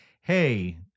hey